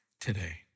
today